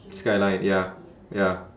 skyline ya ya